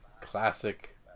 classic